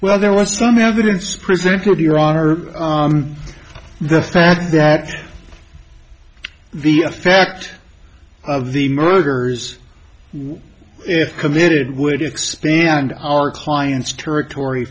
well there was some evidence presented your honor the fact that the fact of the murders if committed would expand our client's territory